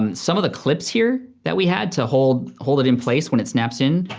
um some of the clips here that we had to hold hold it in place when it snaps in,